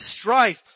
strife